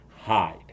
hide